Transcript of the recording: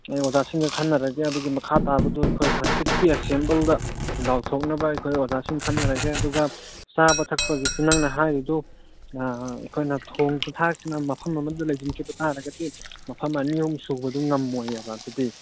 ꯑꯩ ꯑꯣꯖꯥꯁꯤꯡꯒ ꯈꯟꯅꯔꯒꯦ ꯑꯗꯨꯒꯤ ꯃꯈꯥ ꯇꯥꯕꯗꯨ ꯑꯩꯈꯣꯏ ꯍꯪꯆꯤꯠꯀꯤ ꯑꯦꯁꯦꯝꯕꯜꯗ ꯂꯥꯎꯊꯣꯛꯅꯕ ꯑꯩꯈꯣꯏ ꯑꯣꯖꯥꯁꯤꯡ ꯈꯟꯅꯔꯒꯦ ꯑꯗꯨꯒ ꯆꯥꯕ ꯊꯛꯄꯒꯤꯁꯤ ꯅꯪꯅ ꯍꯥꯏꯔꯤꯗꯨ ꯑꯩꯈꯣꯏꯅ ꯊꯣꯡꯕ ꯊꯥꯛꯇꯅ ꯃꯐꯝ ꯑꯃꯗ ꯂꯩꯁꯤꯟꯈꯤꯕ ꯇꯥꯔꯒꯗꯤ ꯃꯐꯝ ꯑꯅꯤ ꯑꯍꯨꯝ ꯁꯨꯕꯗꯨ ꯉꯝꯃꯣꯏꯑꯕ ꯑꯗꯨꯗꯤ